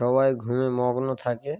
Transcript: সবাই ঘুমে মগ্ন থাকে